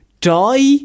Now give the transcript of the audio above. die